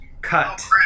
cut